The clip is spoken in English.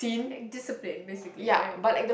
like discipline basically right